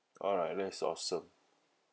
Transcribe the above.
alright that's awesome